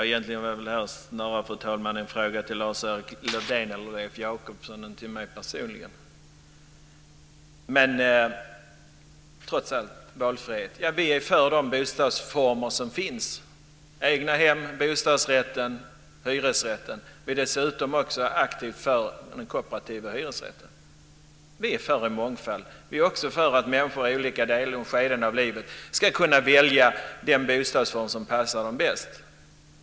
Fru talman! Det var väl egentligen snarare en fråga till Lars-Erik Lövdén eller till Leif Jakobsson än till mig personligen. Beträffande detta med valfrihet är vi för de bostadsformer som finns - egnahem, bostadsrätter, hyresrätter. Dessutom är vi aktivt för den kooperativa hyresrätten. Vi är för en mångfald. Vi är också för att människor i olika skeden ska kunna välja den bostadsform som passar dem bäst.